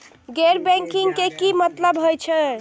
गैर बैंकिंग के की मतलब हे छे?